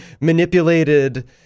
manipulated